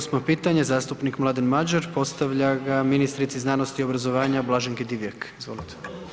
28. pitanje zastupnik Mladen Madjer postavlja ga ministrici znanosti i obrazovanja Blaženki Divjak, izvolite.